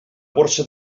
borsa